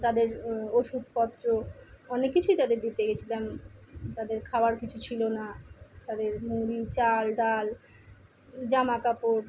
তাদের ওষুধপত্র অনেক কিছুই তাদের দিতে গেছিলাম তাদের খাওয়ার কিছু ছিল না তাদের মুড়ি চাল ডাল জামাকাপড়